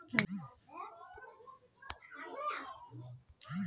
जलवायु अध्यन करवा होबे बे?